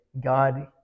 God